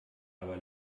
aber